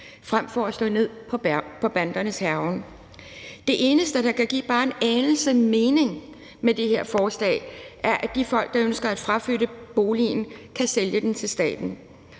frem for at slå ned på bandernes hærgen? Det eneste, der kan give bare en anelse mening med det her forslag, er, at de folk, der ønsker at fraflytte boligen, kan sælge den til staten,